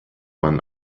man